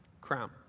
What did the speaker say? crown